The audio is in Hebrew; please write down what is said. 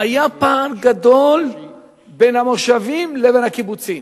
היה פער גדול בין המושבים לבין הקיבוצים.